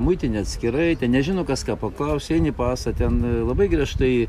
muitinė atskirai ten nežino kas ką paklausė eini pasą ten labai griežtai